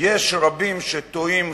יש רבים שתוהים,